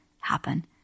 happen